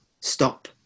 Stop